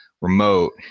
remote